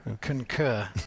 concur